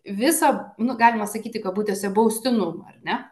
visą nu galima sakyti kabutėse baustinumą ar ne